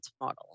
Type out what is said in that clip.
model